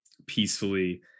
peacefully